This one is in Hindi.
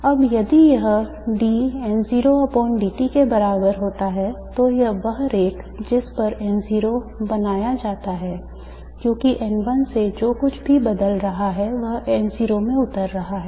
अब यदि यह d N0dt के बराबर होता तो वह rate जिस पर N0 बनाया जाता है क्योंकि N1 से जो कुछ भी बदल रहा है वह N0 में उतर रहा है